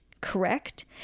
correct